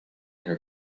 her